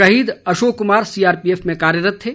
शहीद अशोक कुमार सीआरपीएफ में कार्यरत थे